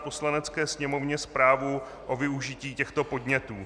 Poslanecké sněmovně zprávu o využití těchto podnětů.